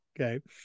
Okay